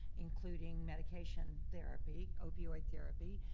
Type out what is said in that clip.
including medication therapy, opioid therapy,